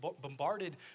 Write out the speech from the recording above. bombarded